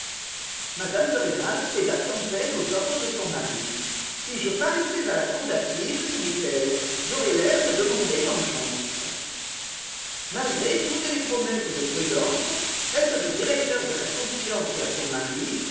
mme de rênal céda sans peine aux ordres de son mari si je paraissais à la cour d'assises se disait-elle j'aurais l'air de demander vengeance malgré toutes les promesses de prudence faites au directeur de sa conscience et à son mari